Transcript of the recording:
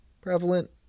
prevalent